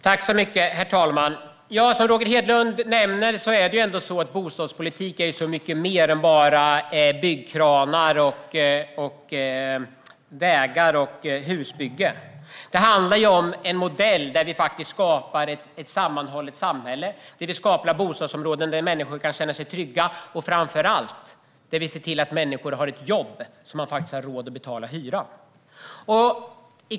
Herr talman! Som Roger Hedlund nämner är bostadspolitik mycket mer än bara byggkranar, vägar och husbyggen. Det handlar om en modell där vi skapar ett sammanhållet samhälle, skapar bostadsområden där människor kan känna sig trygga och framför allt ser till att människor har jobb så att de har råd att betala hyra.